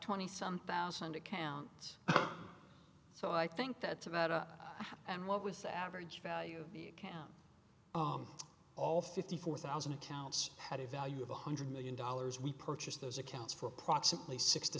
twenty some thousand accounts so i think that's about a half and what was the average value the account all fifty four thousand accounts had a value of one hundred million dollars we purchased those accounts for approximately sixty